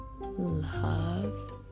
love